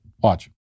Watch